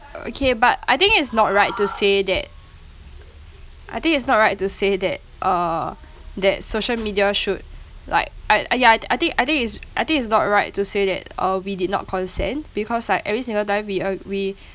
okay but I think it's not right to say that I think it's not right to say that uh that social media should like I yeah I think I think it's I think it's not right to say that uh we did not consent because like every single time we uh we